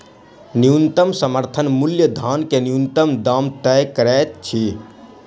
न्यूनतम समर्थन मूल्य धान के न्यूनतम दाम तय करैत अछि